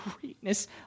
greatness